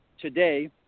today